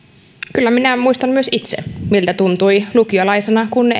kyllä minä muistan myös itse miltä tuntui lukiolaisena kun